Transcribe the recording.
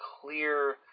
clear